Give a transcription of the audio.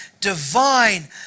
divine